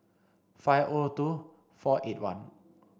five O two four eight one